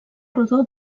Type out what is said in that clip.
rodó